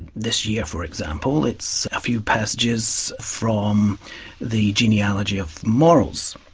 this year for example it's a few passages from the genealogy of morals.